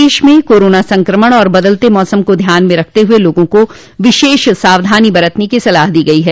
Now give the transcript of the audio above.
प्रदेश में कोरोना संक्रमण एवं बदलते मौसम को ध्यान में रखते हुए लोगों को विशेष सावधनी बरतने की सलाह दी गयी है